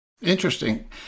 Interesting